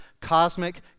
cosmic